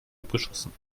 abgeschossen